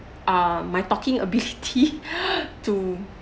uh my talking ability to